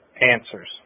answers